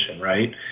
right